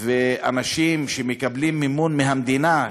ואנשים שמקבלים מימון מהמדינה,